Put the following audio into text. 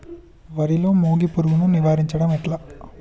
వరిలో మోగి పురుగును నివారించడం ఎట్లా?